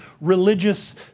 religious